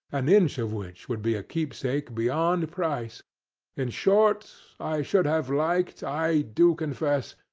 an inch of which would be a keepsake beyond price in short, i should have liked, i do confess,